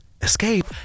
Escape